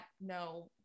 no